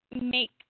make